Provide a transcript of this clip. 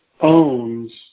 owns